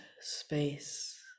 space